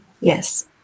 yes